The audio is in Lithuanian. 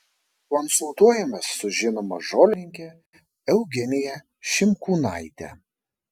konsultuojamės su žinoma žolininke eugenija šimkūnaite